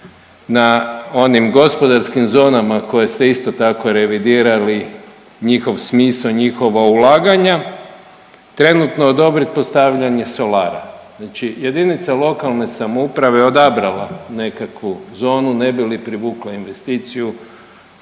na onim gospodarskim zonama koje ste isto tako revidirali njihov smisao i njihova ulaganja trenutno odobrit postavljanje solara, znači JLS je odabrala nekakvu zonu ne bi li privukla investiciju,